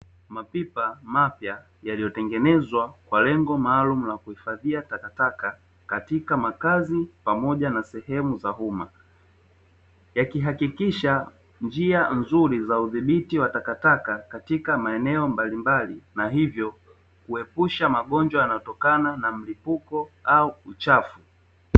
Mapipa mapya yaliyotengenezwa kwa lengo maalumu la kuhifadhia takataka katika makazi pamoja na sehemu za umma, yakihakikisha njia nzuri za udhibiti wa takataka katika maeneo mbalimbali, na hivyo kuepusha magonjwa yanayotokana na mlipuko au uchafu.